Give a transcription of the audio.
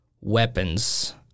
weapons